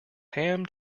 ham